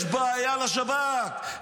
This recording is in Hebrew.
יש בעיה לשב"כ.